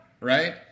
right